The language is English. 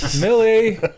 Millie